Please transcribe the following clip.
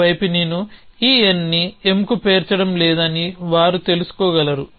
ఒక వైపు నేను ఈ n ని M కు పేర్చడం లేదని వారు తెలుసు కోగలరు